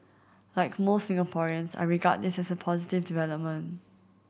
like most Singaporeans I regard this as a positive development